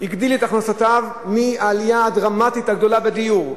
הגדיל את הכנסותיו מהעלייה הדרמטית הגדולה במחירי הדיור?